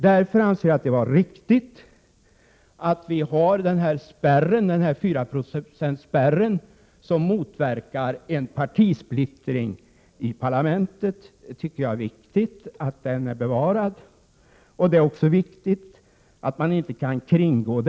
Därför anser jag att det är riktigt att ha den 4-procentsspärr vi har, som motverkar en partisplittring i parlamentet. Jag tycker att det är viktigt att spärren är bevarad. Jag tycker också det är viktigt att den inte kan kringgås.